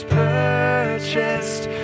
purchased